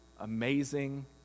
amazing